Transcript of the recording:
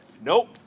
nope